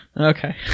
Okay